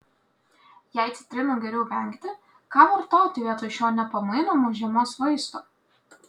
jei citrinų geriau vengti ką vartoti vietoj šio nepamainomo žiemos vaisto